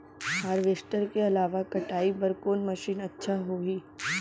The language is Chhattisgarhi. हारवेस्टर के अलावा कटाई बर कोन मशीन अच्छा होही?